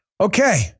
Okay